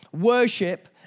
worship